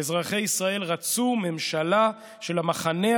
אזרחי ישראל רצו ממשלה של המחנה הלאומי,